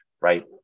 right